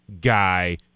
guy